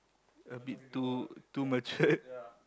a bit too too matured